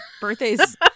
birthday's